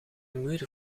muur